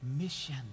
mission